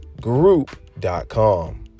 group.com